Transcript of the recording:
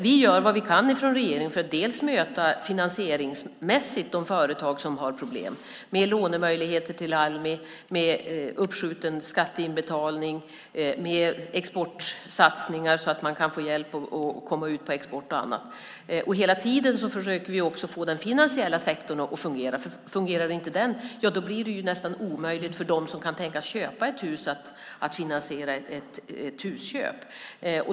Vi gör vad vi kan från regeringen för att finansieringsmässigt möta de företag som har problem - med lånemöjligheter till Almi, med uppskjuten skatteinbetalning och med exportsatsningar så att man får hjälp att komma ut på exportmarknaden. Hela tiden försöker vi också få den finansiella sektorn att fungera. Om inte den fungerar blir det nästan omöjligt för dem som kan tänkas köpa ett hus att finansiera det.